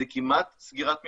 זה כמעט סגירת מפעל,